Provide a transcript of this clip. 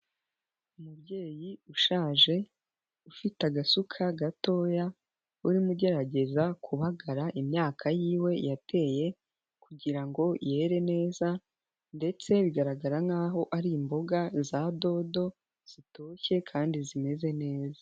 Umubyeyi ushaje, ufite agasuka gatoya, urimo ugerageza kubagara imyaka y'iwe yateye kugira ngo yere neza ndetse bigaragara nkaho ari imboga za dodo, zitoshye kandi zimeze neza.